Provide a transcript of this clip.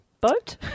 Boat